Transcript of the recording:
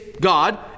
God